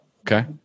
Okay